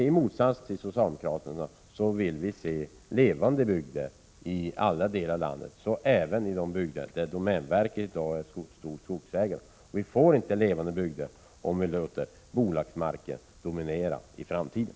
I motsats till socialdemokraterna vill vi se levande bygder i alla delar av landet — även i de landsdelar där domänverket äger mycket skog. Och vi får inte levande bygder om vi låter bolagsmarken dominera i framtiden.